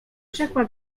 rzekła